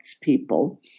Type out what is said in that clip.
people